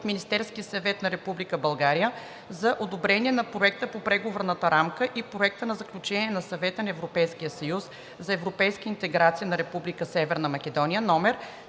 от Министерския съвет на Република България за одобрение на Проекта на Преговорната рамка и Проекта за Заключение на Съвета на ЕС за европейската интеграция на Република Северна Македония №